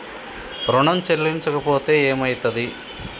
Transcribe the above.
ఋణం చెల్లించకపోతే ఏమయితది?